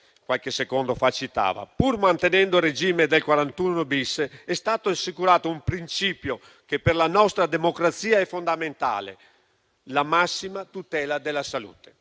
qualche minuto fa. Pur mantenendo il regime del 41-*bis,* è stato assicurato un principio che per la nostra democrazia è fondamentale: la massima tutela della salute.